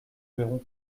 verrons